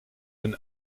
een